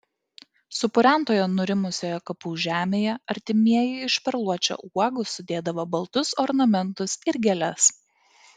supurentoje nurimusioje kapų žemėje artimieji iš perluočio uogų sudėdavo baltus ornamentus ir gėles